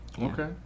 Okay